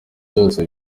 byose